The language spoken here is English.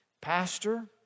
pastor